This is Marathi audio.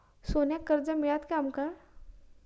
सोन्याक कर्ज मिळात काय आमका?